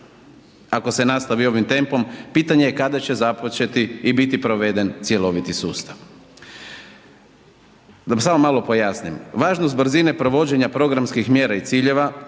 Ako se nastavi ovim tempom, pitanje je kada će započeti i biti proveden cjeloviti sustav. Da samo malo pojasnim, važnost brzine provođenja programskih mjera i ciljeva,